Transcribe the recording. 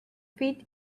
feet